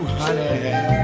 honey